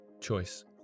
choice